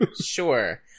Sure